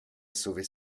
sauver